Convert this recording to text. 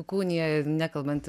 įkūnija nekalbant